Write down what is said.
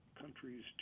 countries